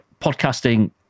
Podcasting